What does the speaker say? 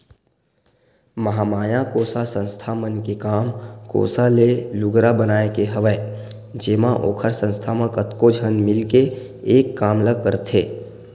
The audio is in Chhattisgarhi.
महामाया कोसा संस्था मन के काम कोसा ले लुगरा बनाए के हवय जेमा ओखर संस्था म कतको झन मिलके एक काम ल करथे